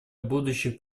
будущих